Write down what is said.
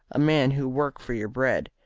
a man who work for your bread,